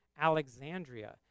Alexandria